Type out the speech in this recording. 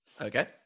Okay